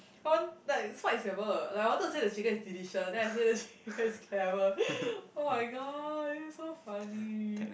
I want like smart is clever like I wanted to say the chicken is delicious then I say the chicken is clever [oh]-my-god this is so funny